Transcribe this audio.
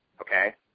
Okay